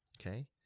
okay